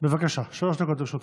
לרשותך.